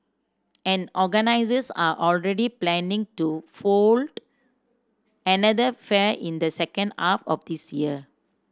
and organisers are already planning to fold another fair in the second half of this year